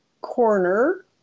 corner